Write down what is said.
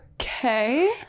Okay